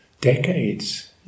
decades